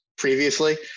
previously